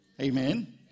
Amen